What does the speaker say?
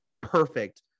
perfect